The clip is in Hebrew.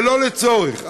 שלא לצורך?